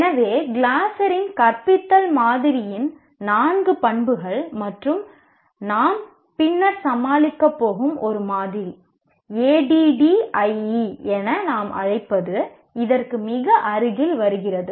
எனவே கிளாசரின் கற்பித்தல் மாதிரியின் நான்கு பண்புகள் மற்றும் நாம் பின்னர் சமாளிக்கப் போகும் ஒரு மாதிரி ADDIE என நாம் அழைப்பது இதற்கு மிக அருகில் வருகிறது